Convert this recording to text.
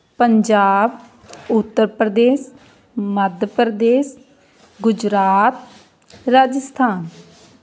Punjab Uttar Pradesh Madhya Pradesh Gujarat Rajasthan